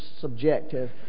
subjective